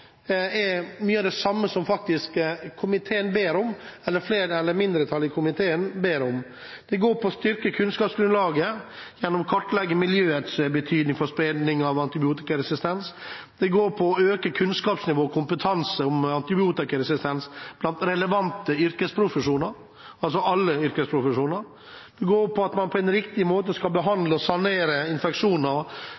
er mye av de samme som mindretallet i komiteen ber om. Det går på å styrke kunnskapsgrunnlaget gjennom å kartlegge miljøets betydning for spredning av antibiotikaresistens. Det går på å øke kunnskapsnivået og kompetansen om antibiotikaresistens hos relevante yrkesprofesjoner, det går på at man på en riktig måte skal behandle og sanere infeksjoner